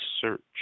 search